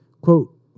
Quote